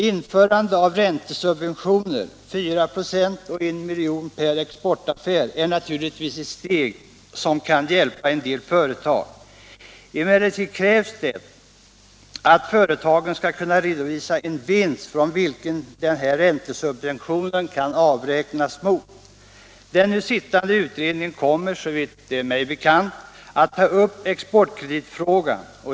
Införande av räntesubventioner — 4 96 och 1 miljon per exportaffär — är naturligtvis ett steg som kan hjälpa en del företag. Emellertid krävs det att företagen skall kunna redovisa en vinst från vilken denna räntesubvention kan avräknas. Den nu sittande utredningen kommer, såvitt mig är bekant, att ta upp exportkreditfrågan.